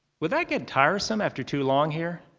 would that get tiresome after too long here?